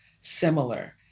similar